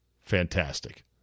fantastic